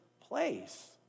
place